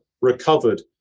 recovered